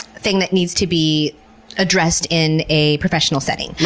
thing that needs to be addressed in a professional setting.